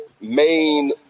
main